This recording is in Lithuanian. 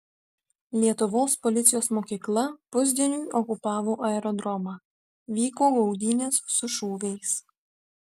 lietuvos policijos mokykla pusdieniui okupavo aerodromą vyko gaudynės su šūviais